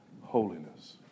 holiness